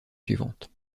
suivante